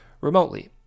remotely